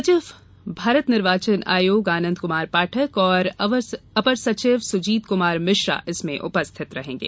सचिव भारत निर्वाचन आयोग आनन्द कुमार पाठक और अवर सचिव सुजीत कुमार मिश्रा उपस्थित रहेंगे